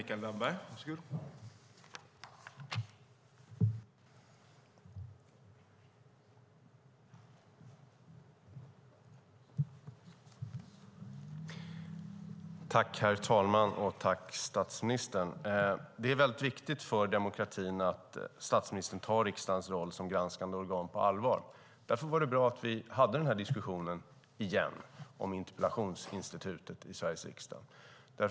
Herr talman! Tack, statsministern! Det är väldigt viktigt för demokratin att statsministern tar riksdagens roll som granskande organ på allvar. Därför är det bra att vi diskuterar interpellationsinstitutet i Sveriges riksdag igen.